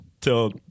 till